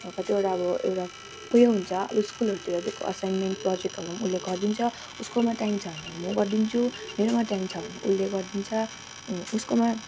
अब कतिवटा अब एउटा उयो हुन्छ अब स्कुलहरूतिर दिएको असाइनमेन्ट प्रोजेक्टहरू पनि उसले गरिदिन्छ उसकोमा टाइम छ भने म गरिदिन्छु मेरोमा टाइम छ भने उसले गरिदिन्छ उसकोमा